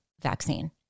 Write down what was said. vaccine